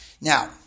Now